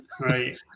Right